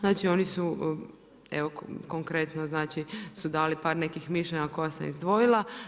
Znači, oni su evo konkretno, znači dali su par nekih mišljenja koja sam izdvojila.